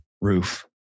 roof